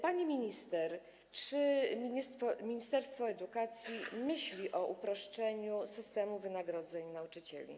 Pani minister, czy ministerstwo edukacji myśli o uproszczeniu systemu wynagrodzeń nauczycieli?